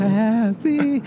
happy